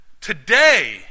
today